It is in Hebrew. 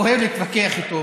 אוהב להתווכח איתו,